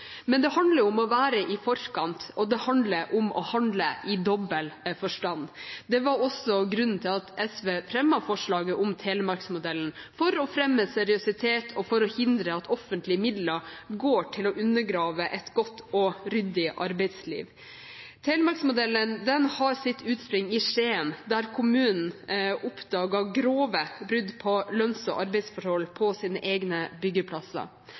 Men det handler om å være i forkant, og det handler om å handle – i dobbel forstand. Det var også grunnen til at SV fremmet forslaget om Telemarks-modellen – for å fremme seriøsitet og for å hindre at offentlige midler går til å undergrave et godt og ryddig arbeidsliv. Telemarks-modellen har sitt utspring i Skien, der kommunen oppdaget grove brudd på lønns- og arbeidsforhold på sine egne byggeplasser.